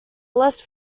less